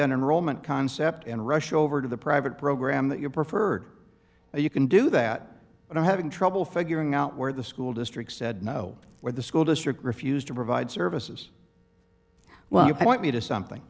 enrollment concept and rush over to the private program that your preferred that you can do that but i'm having trouble figuring out where the school district said no where the school district refused to provide services well you point me to something